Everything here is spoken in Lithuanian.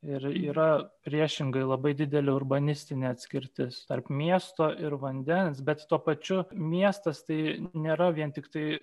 ir yra priešingai labai didelė urbanistinė atskirtis tarp miesto ir vandens bet tuo pačiu miestas tai nėra vien tiktai